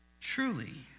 Truly